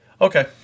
okay